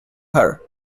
her